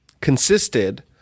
consisted